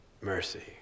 mercy